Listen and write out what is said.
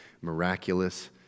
miraculous